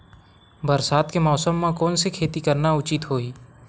बरसात के मौसम म कोन से खेती करना उचित होही?